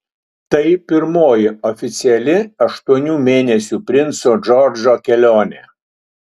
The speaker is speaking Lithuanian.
tai pirmoji oficiali aštuonių mėnesių princo džordžo kelionė